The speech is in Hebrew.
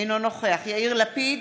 אינו נוכח יאיר לפיד,